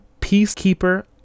peacekeeper